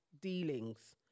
dealings